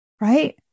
right